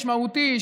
משמעותי,